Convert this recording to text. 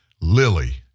Lily